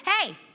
Hey